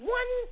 one